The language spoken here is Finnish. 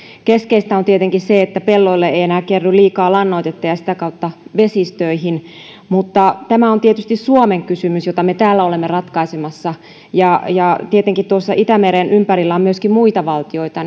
keskeistä on tietenkin se että pelloille ei ei enää kerry liikaa lannoitetta ja ja sitä kautta vesistöihin mutta tämä on tietysti suomen kysymys jota me täällä olemme ratkaisemassa tietenkin itämeren ympärillä on myöskin muita valtioita